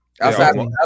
outside